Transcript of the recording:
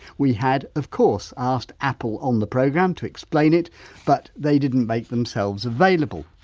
we had, of course, asked apple on the programme to explain it but they didn't make themselves available.